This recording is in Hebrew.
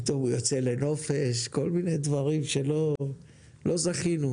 פתאום הוא יוצא לנופש, כל מיני דברים שלא זכינו.